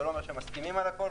זה לא אומר שמסכימים על הכול,